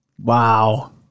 Wow